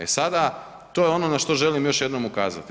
E sada, to je ono na što želim još jednom ukazati.